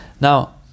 Now